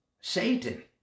Satan